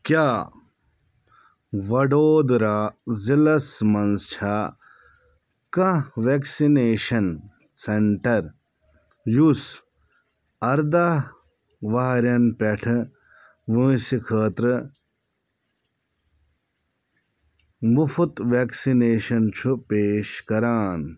کیٛاہ وَڈودرٛا ضلعس مَنٛز چھا کانٛہہ ویکسِنیشن سینٹر یُس اَرداہ وہرٮ۪ن پیٹھٕ وٲنٛسہِ خٲطرٕ مُفٕط ویکسیٖنیشَن چھُ پیش کران